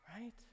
Right